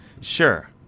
Sure